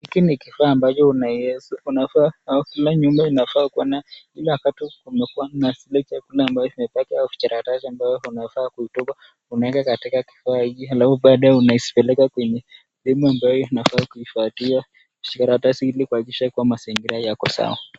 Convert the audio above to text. Hiki ni kifaa ambacho unafaa, au kama nyumbani inafaa kuwa na, ile wakati kumekuwa na zile chakula ambazo zimebaki au takataka ambazo unafaa kuzitoa, unaweka katika kifaa hiki. Halafu baadaye unapeleka kwenye sehemu ambayo inafaa kuwekea hizi takataka ili kuhakikisha kuwa mazingira yako sawa.